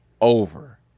over